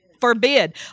Forbid